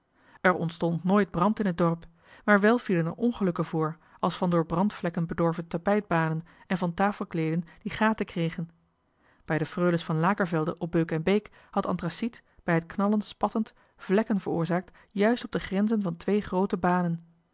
er ontstond nooit brand in het dorp maar wel vielen er ongevallen voor als van door brandvlekken bedorven tapijtbanen en van tafelkleeden die brandgaten kregen bij de freules van lakervelde op beuk en beek had anthraciet bij het knallen spattend brandvlekken veroorzaakt juist op de grenzen van twee groote banen